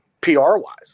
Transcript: PR-wise